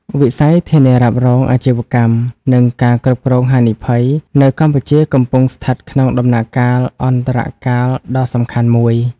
វិស័យធានារ៉ាប់រងអាជីវកម្ម និងការគ្រប់គ្រងហានិភ័យ នៅកម្ពុជាកំពុងស្ថិតក្នុងដំណាក់កាលអន្តរកាលដ៏សំខាន់មួយ។